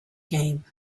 game